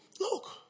Look